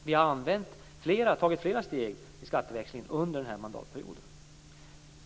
Vi har tagit flera steg i skatteväxlingen under den här mandatperioden.